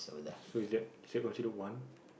so is that is that considered one